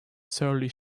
surly